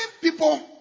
people